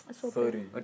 Sorry